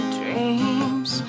dreams